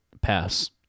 pass